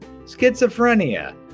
schizophrenia